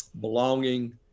belonging